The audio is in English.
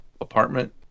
apartment